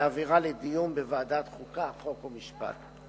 ולהעבירה לדיון בוועדת חוקה, חוק ומשפט.